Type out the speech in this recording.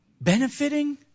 benefiting